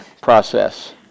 process